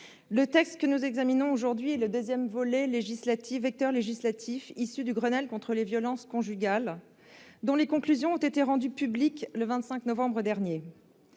le texte que nous examinons aujourd'hui est le deuxième vecteur législatif issu du Grenelle contre les violences conjugales, dont les conclusions ont été rendues publiques le 25 novembre dernier.